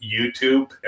youtube